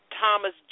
Thomas